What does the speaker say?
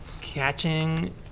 catching